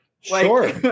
Sure